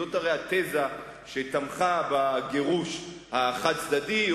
הרי זאת התזה שתמכה בגירוש החד-צדדי,